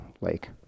lake